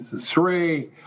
three